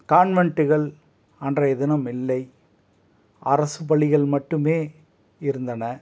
கான்வென்ட்டுகள் அன்றைய தினம் இல்லை அரசு பள்ளிகள் மட்டும் இருந்தன